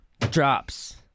drops